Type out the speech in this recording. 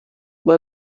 let